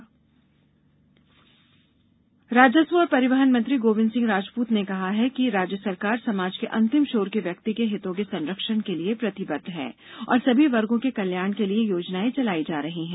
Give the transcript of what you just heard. लोकार्पण राजस्व और परिवन मंत्री गोविंद सिंह राजपूत ने कहा है कि राज्य सरकार समाज के अंतिम छोर के व्यक्ति के हितों के संरक्षण के लिए प्रतिबद्ध है और सभी वर्गो के कल्याण के लिए योजनाए चलाई जा रही है